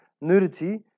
nudity